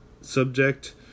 subject